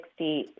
60